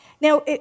now